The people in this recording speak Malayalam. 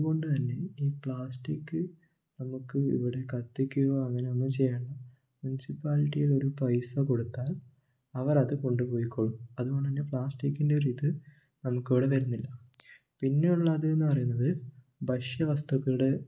അതുകൊണ്ട് തന്നെ ഈ പ്ലാസ്റ്റിക്ക് നമുക്ക് ഇവിടെ കത്തിക്കുവോ അങ്ങനെ ഒന്നും ചെയ്യേണ്ട മുനിസിപ്പാലിറ്റിൽ ഒരു പൈസ കൊടുത്താൽ അവർ അത് കൊണ്ട് പോയിക്കോളും അതുകൊണ്ട് തന്നെ പ്ലാസ്റ്റിക്കിൻ്റെ ഒരു ഇത് നമുക്കിവിടെ വരുന്നില്ല പിന്നുള്ളതെന്ന് പറയുന്നത് ഭക്ഷ്യ വസ്തുക്കളുടെ